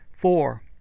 Four